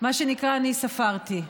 מה שנקרא, אני ספרתי: